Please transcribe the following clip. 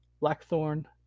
Blackthorn